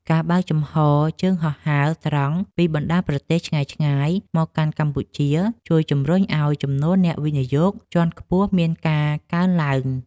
ការបើកចំហជើងហោះហើរត្រង់ពីបណ្តាប្រទេសឆ្ងាយៗមកកាន់កម្ពុជាជួយជំរុញឱ្យចំនួនអ្នកវិនិយោគជាន់ខ្ពស់មានការកើនឡើង។